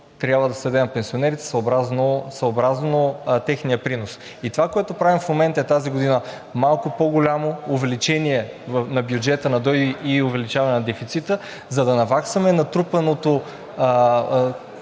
трябва да се даде на пенсионерите съобразно техния принос. И това, което правим в момента, е тази година малко по-голямо увеличение на бюджета на ДОО и увеличаване на дефицита, за да наваксаме натрупаното,